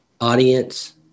audience